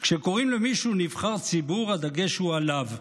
כשקוראים למישהו נבחר ציבור, הדגש הוא עליו,